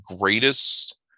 greatest